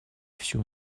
всю